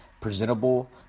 presentable